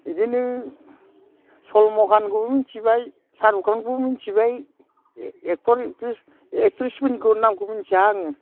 बिदिनो सलमान खानखौबो मिनथिबाय साहरुख खानखौबो मिनथिबाय एक्ट'र एकट्रिसफोरनिखौ नामखौ मिनथिया आङो